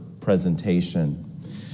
presentation